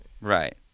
Right